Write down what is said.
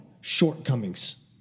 shortcomings